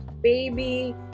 baby